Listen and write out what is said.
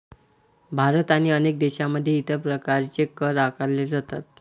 भारत आणि अनेक देशांमध्ये इतर प्रकारचे कर आकारले जातात